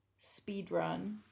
Speedrun